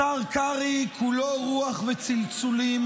השר קרעי כולו רוח וצלצולים,